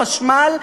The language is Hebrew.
חשמל,